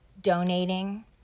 Donating